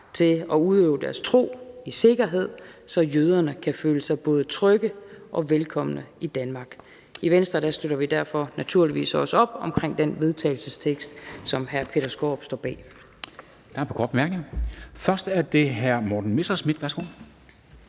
til at udøve deres tro i sikkerhed, så jøderne kan føle sig både trygge og velkomne i Danmark. I Venstre støtter vi derfor naturligvis også op om det forslag til vedtagelse, som hr. Peter Skaarup står bag. Kl. 13:56 Formanden (Henrik Dam Kristensen): Der er et